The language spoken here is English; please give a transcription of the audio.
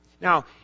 Now